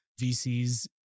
VCs